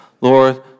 Lord